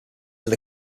were